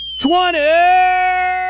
Twenty